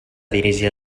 dirigir